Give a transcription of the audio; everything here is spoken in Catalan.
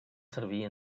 servir